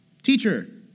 Teacher